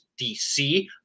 DC